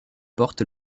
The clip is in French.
porte